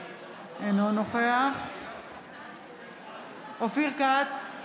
אינו נוכח אופיר כץ,